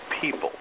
people